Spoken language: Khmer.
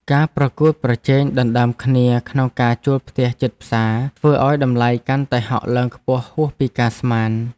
ការប្រកួតប្រជែងដណ្តើមគ្នាក្នុងការជួលផ្ទះជិតផ្សារធ្វើឱ្យតម្លៃកាន់តែហក់ឡើងខ្ពស់ហួសពីការស្មាន។